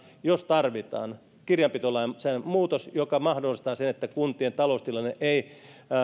jos tarvitaan kirjanpitolain muutos joka mahdollistaa sen että kuntien taloustilanne ei